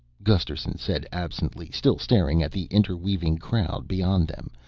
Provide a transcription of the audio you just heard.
gusterson said absently, still staring at the interweaving crowd beyond them,